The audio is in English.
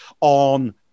on